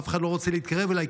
ואף אחד לא רוצה להתקרב אליי,